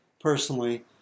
personally